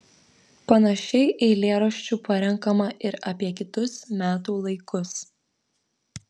panašiai eilėraščių parenkama ir apie kitus metų laikus